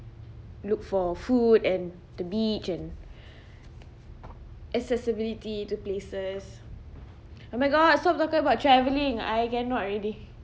look for food and the beach and accessibility to places oh my god stop talking about travelling I cannot already